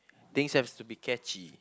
things have to be catchy